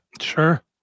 Sure